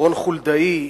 רון חולדאי,